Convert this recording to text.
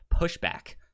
pushback